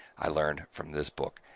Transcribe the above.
i learned from this book.